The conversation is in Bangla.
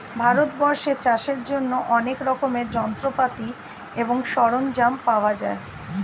ভারতবর্ষে চাষের জন্য অনেক রকমের যন্ত্রপাতি এবং সরঞ্জাম পাওয়া যায়